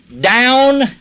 down